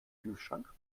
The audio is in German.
kühlschrank